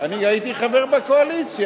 אני הייתי חבר בקואליציה.